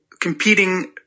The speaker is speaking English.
competing